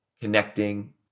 connecting